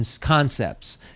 concepts